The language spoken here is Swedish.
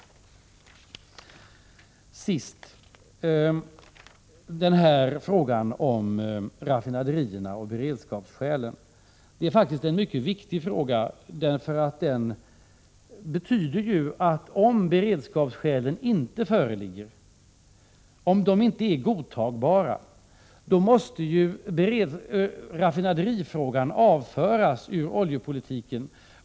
Sist vill jag ta upp frågan om raffinaderierna och beredskapsskälen. Det är en mycket viktig fråga. Om det inte föreligger några beredskapsskäl i det här sammanhanget måste raffinaderifrågan avföras från debatten angående oljepolitiken.